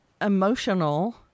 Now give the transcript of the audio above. emotional